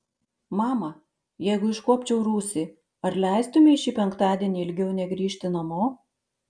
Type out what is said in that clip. mama jeigu iškuopčiau rūsį ar leistumei šį penktadienį ilgiau negrįžti namo